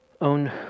own